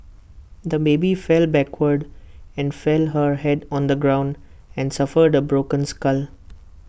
the baby fell backwards and fit her Head on the ground and suffered A broken skull